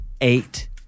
eight